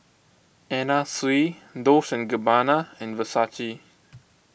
Anna Sui Dolce and Gabbana and Versace